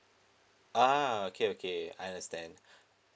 uh okay okay I understand